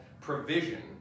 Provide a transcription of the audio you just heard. provision